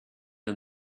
and